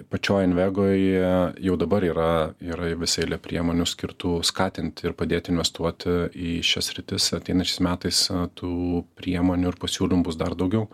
pačioj invegoj jau dabar yra yra visa eilė priemonių skirtų skatint ir padėt investuot į šias sritis ateinančiais metais tų priemonių ir pasiūlymų bus dar daugiau